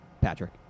Patrick